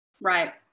Right